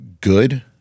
good